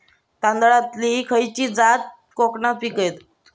तांदलतली खयची जात कोकणात पिकवतत?